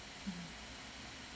mm